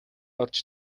орж